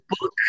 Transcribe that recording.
book